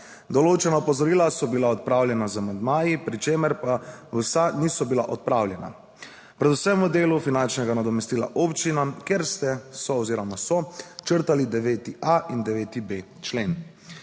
Določena opozorila so bila odpravljena z amandmaji, pri čemer pa vsa niso bila odpravljena, predvsem v delu finančnega nadomestila občinam, kjer ste so oziroma so črtali 9.a in 9.b člen.